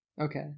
Okay